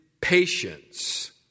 patience